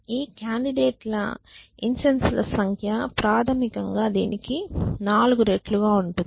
ఈ కాండిడేట్ ల ఇన్సెన్స్ ల సంఖ్య ప్రాథమికంగా దీనికి 4 రెట్లు గా ఉంటుంది